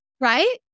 Right